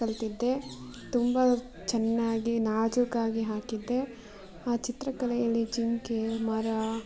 ಕಲಿತಿದ್ದೆ ತುಂಬ ಚೆನ್ನಾಗಿ ನಾಜೂಕಾಗಿ ಹಾಕಿದ್ದೆ ಆ ಚಿತ್ರಕಲೆಯಲ್ಲಿ ಜಿಂಕೆ ಮರ